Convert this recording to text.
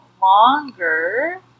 longer